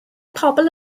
pobol